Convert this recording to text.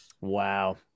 Wow